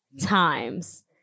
times